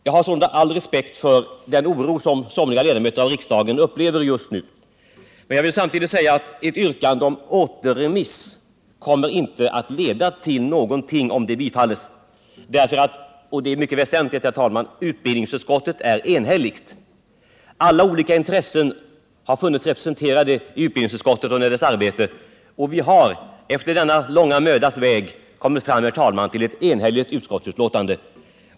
Jag har all respekt för den oro som somliga ledamöter av riksdagen känner just nu, men jag vill samtidigt framhålla att ett yrkande om återremiss, om det bifalles, inte kommer att leda till någonting. Utskottet är nämligen — och det är mycket väsentligt, herr talman — enhälligt. Alla olika intressen har funnits representerade i utbildningsutskottet under dess arbete, och vi har efter att ha gått denna långa mödans väg kommit fram till ett enhälligt utskottsbetänkande.